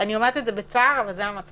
אני אומרת את זה בצער, אבל זה המצב.